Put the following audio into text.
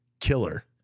killer